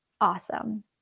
Awesome